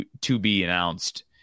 to-be-announced